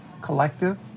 collective